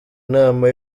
inama